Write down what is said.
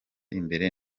imbere